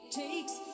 takes